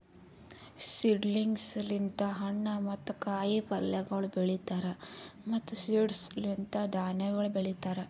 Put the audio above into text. seedlings ಲಿಂತ್ ಹಣ್ಣು ಮತ್ತ ಕಾಯಿ ಪಲ್ಯಗೊಳ್ ಬೆಳೀತಾರ್ ಮತ್ತ್ ಸೀಡ್ಸ್ ಲಿಂತ್ ಧಾನ್ಯಗೊಳ್ ಬೆಳಿತಾರ್